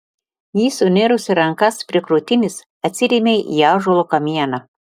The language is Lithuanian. ji sunėrusi rankas prie krūtinės atsirėmė į ąžuolo kamieną